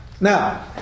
Now